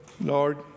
Lord